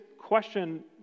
question